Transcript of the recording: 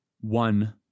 one